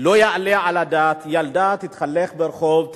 שלא יעלה על הדעת שילדה תתהלך ברחוב,